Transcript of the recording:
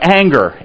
anger